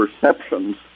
perceptions